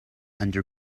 under